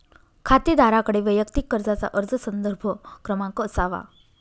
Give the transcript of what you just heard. खातेदाराकडे वैयक्तिक कर्जाचा अर्ज संदर्भ क्रमांक असावा